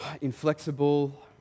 inflexible